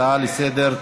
ההצעה לסדר-היום